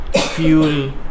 fuel